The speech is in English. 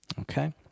Okay